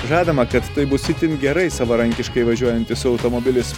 žadama kad tai bus itin gerai savarankiškai važiuojantis automobilis